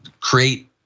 create